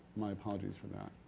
my apologies for that.